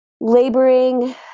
laboring